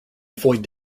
avoid